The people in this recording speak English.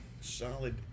solid